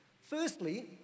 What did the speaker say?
Firstly